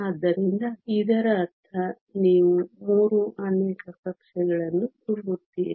ಆದ್ದರಿಂದ ಇದರರ್ಥ ನೀವು 3 ಆಣ್ವಿಕ ಕಕ್ಷೆಗಳನ್ನು ತುಂಬುತ್ತೀರಿ